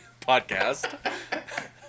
podcast